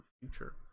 future